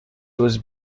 was